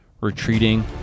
retreating